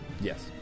Yes